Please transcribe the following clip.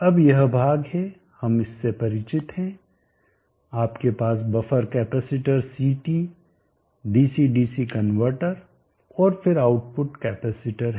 अब यह भाग हम इससे परिचित हैं आपके पास buffer capacitor CT DC DC converter और फिर आउटपुट कैपेसिटर है